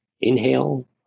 Inhale